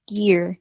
year